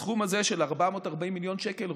הסכום הזה של 440 מיליון שקל,